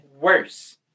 worse